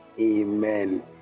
Amen